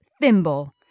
Thimble